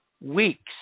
weeks